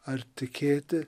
ar tikėti